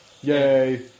yay